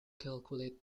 calculate